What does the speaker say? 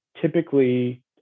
typically